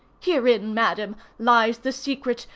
herein, madam, lies the secret,